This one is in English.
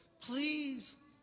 please